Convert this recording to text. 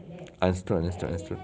understood understood understood